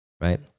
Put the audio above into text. right